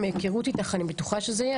מהיכרות איתך אני בטוחה שזה יהיה.